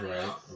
Right